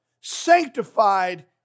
sanctified